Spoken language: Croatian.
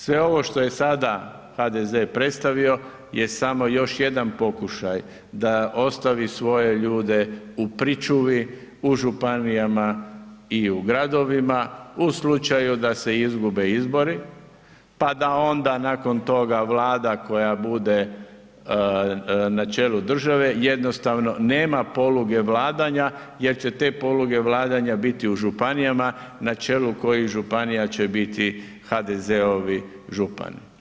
Sve ovo što je sada HDZ predstavio je samo još jedan pokušaj da ostavi svoje ljude u pričuvi, u županijama i u gradovima u slučaju da se izgube izbori pa da onda nakon toga Vlada koja bude na čelu države jednostavno nema poluge vladanja jer će te poluge vladanja biti u županijama na čelu kojih županija će biti HDZ-ovi župani.